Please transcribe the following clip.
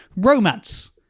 romance